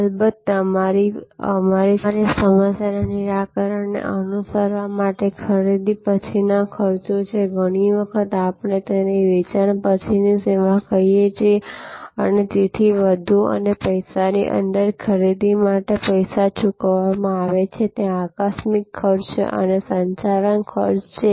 અલબત્ત અમારી સમસ્યાના નિરાકરણને અનુસરવા માટે ખરીદી પછીના ખર્ચો છે ઘણી વખત આપણે તેને વેચાણ પછીની સેવા કહીએ છીએ અને તેથી વધુ અને પૈસાની અંદર ખરીદી માટે પૈસા ચૂકવવામાં આવે છે ત્યાં આકસ્મિક ખર્ચ છે અને સંચાલન ખર્ચ છે